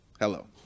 Hello